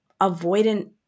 avoidant